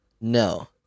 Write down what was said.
no